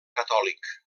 catòlic